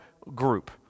group